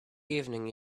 evening